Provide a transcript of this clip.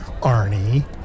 Arnie